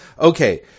Okay